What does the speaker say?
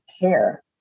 care